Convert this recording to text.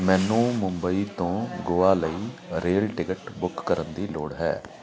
ਮੈਨੂੰ ਮੁੰਬਈ ਤੋਂ ਗੋਆ ਲਈ ਰੇਲ ਟਿਕਟ ਬੁੱਕ ਕਰਨ ਦੀ ਲੋੜ ਹੈ